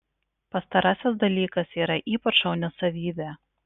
pastarasis dalykas yra ypač šauni savybė